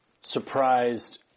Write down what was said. surprised